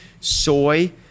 Soy